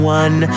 one